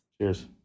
cheers